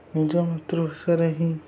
ନିଜ ମାତୃଭାଷରେ ହିଁ